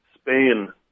Spain